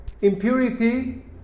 impurity